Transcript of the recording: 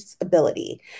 ability